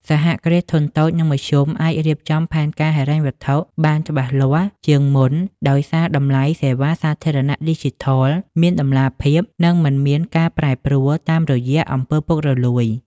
សហគ្រាសធុនតូច និងមធ្យមអាចរៀបចំផែនការហិរញ្ញវត្ថុបានច្បាស់លាស់ជាងមុន ដោយសារតម្លៃសេវាសាធារណៈឌីជីថលមានតម្លាភាព និងមិនមានការប្រែប្រួលតាមរយៈ អំពើពុករលួយ។